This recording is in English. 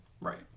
Right